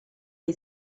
dei